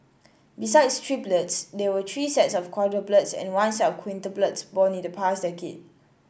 besides triplets there were three sets of quadruplets and one set of quintuplets born in the past decade